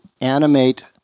animate